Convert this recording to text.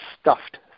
stuffed